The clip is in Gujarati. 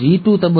G2 તબક્કો